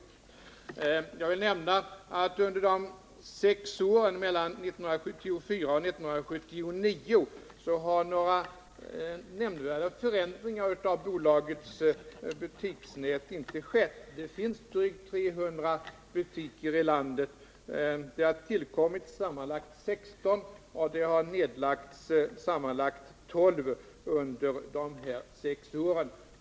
Jag vill nämna att under de sex åren mellan 1974 och 1979 har några nämnvärda förändringar av bolagets butiksnät inte skett. Det finns drygt 300 butiker i landet. Det har tillkommit sammanlagt 16 butiker, och det har nedlagts sammanlagt 12 under dessa sex år.